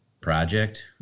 project